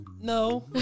No